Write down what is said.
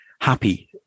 happy